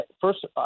first